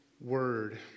word